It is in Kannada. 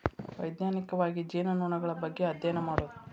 ವೈಜ್ಞಾನಿಕವಾಗಿ ಜೇನುನೊಣಗಳ ಬಗ್ಗೆ ಅದ್ಯಯನ ಮಾಡುದು